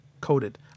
coated